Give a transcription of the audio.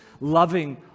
loving